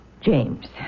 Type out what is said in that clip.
James